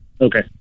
Okay